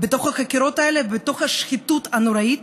בתוך החקירות האלה, בתוך השחיתות הנוראית